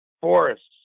forests